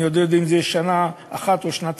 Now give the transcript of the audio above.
אני עוד לא יודע אם זה יהיה שנה אחת או שנתיים,